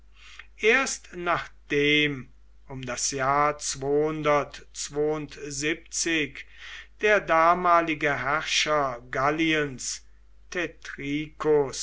erst nachdem um das jahr der damalige herrscher galliens